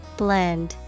blend